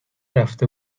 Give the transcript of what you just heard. رفته